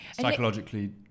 Psychologically